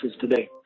today